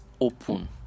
open